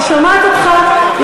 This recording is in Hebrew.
אני שומעת אותך.